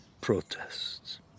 protests